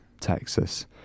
Texas